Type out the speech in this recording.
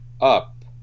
up